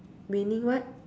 meaning what